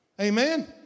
Amen